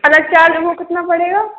अलग चार्ज वो कितना पड़ेगा